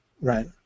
right